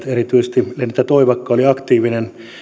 erityisesti lenita toivakka oli aktiivinen